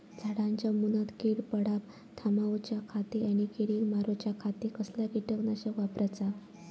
झाडांच्या मूनात कीड पडाप थामाउच्या खाती आणि किडीक मारूच्याखाती कसला किटकनाशक वापराचा?